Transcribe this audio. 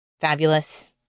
Fabulous